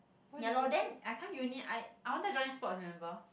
ya lor then I come uni I I want to join sports remember